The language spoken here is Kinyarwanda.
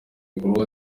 bikorwa